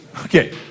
Okay